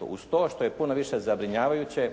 Uz to što je puno više zabrinjavajuće